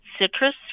Citrus